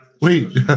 wait